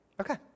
Okay